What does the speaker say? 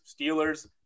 Steelers